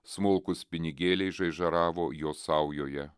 smulkūs pinigėliai žaižaravo jo saujoje